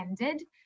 ended